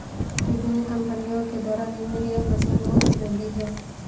विभिन्न कम्पनियों के द्वारा निर्मित यह मशीन बहुत उपयोगी है